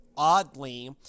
oddly